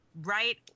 right